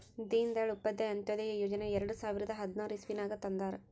ದೀನ್ ದಯಾಳ್ ಉಪಾಧ್ಯಾಯ ಅಂತ್ಯೋದಯ ಯೋಜನಾ ಎರಡು ಸಾವಿರದ ಹದ್ನಾರ್ ಇಸ್ವಿನಾಗ್ ತಂದಾರ್